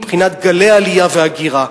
מבחינת גלי עלייה והגירה.